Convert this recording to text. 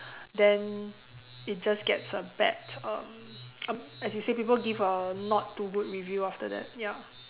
then it just gets a bad um as you say people give a not too good review after that ya